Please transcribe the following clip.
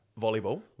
Volleyball